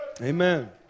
Amen